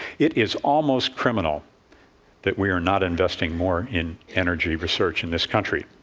it is almost criminal that we are not investing more in energy research in this country.